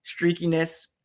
streakiness